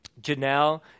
Janelle